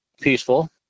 peaceful